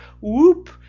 Whoop